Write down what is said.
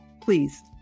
Please